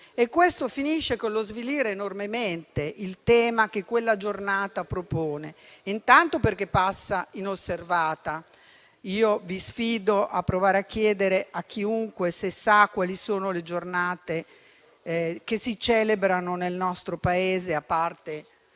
e questo finisce con lo svilire enormemente il tema che quella giornata propone. Intanto perché passa inosservata. Io vi sfido a provare a chiedere a chiunque se sa quali sono le giornate che si celebrano nel nostro Paese, a parte